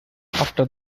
after